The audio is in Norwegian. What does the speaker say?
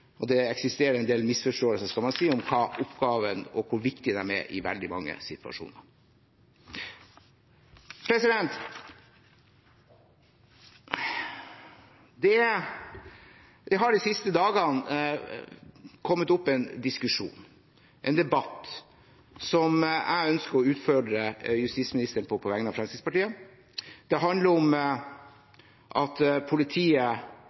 og det eksisterer en del misforståelser av hva oppgaven deres er, og hvor viktige de er i veldig mange situasjoner. Det har de siste dagene kommet opp en diskusjon, en debatt, som jeg ønsker å utfordre justisministeren på, på vegne av Fremskrittspartiet. Det handler om at politiet